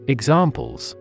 Examples